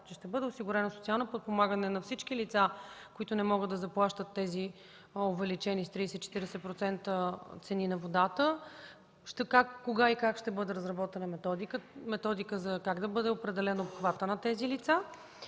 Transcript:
ще бъде осигурено социално подпомагане на всички лица, които не могат да заплащат тези увеличени с 30-40% цени на водата, кога и как ще бъде разработена методика как да бъде определен обхватът на тези лица